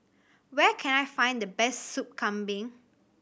where can I find the best Sup Kambing